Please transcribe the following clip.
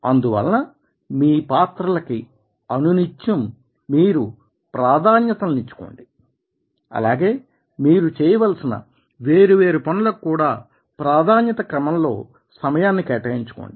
అందువలన మీ పాత్రలకి అనునిత్యం మీరు ప్రాధాన్యతలను ఇచ్చుకోండి అలాగే మీరు చేయవలసిన వేరు వేరు పనులకు కూడా ప్రాధాన్యత క్రమంలో సమయాన్ని కేటాయించుకోండి